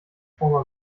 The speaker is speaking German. trauma